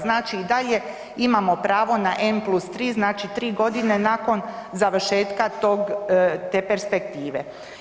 Znači i dalje imamo pravo na N+3, znači 3 g. nakon završetka te perspektive.